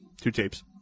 Two-tapes